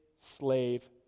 slave